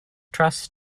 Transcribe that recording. trust